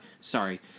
sorry